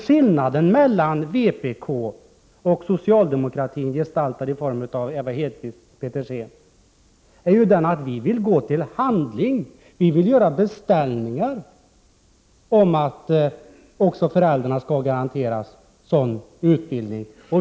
Skillnaden mellan vpk och socialdemokratin, gestaltat i form av Ewa Hedkvist Petersen, är att vi vill gå till handling. Vi vill göra beställningar så att också föräldrar skall garanteras sådan utbildning.